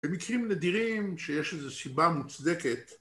במקרים נדירים שיש איזה סיבה מוצדקת